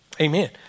Amen